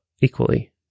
equally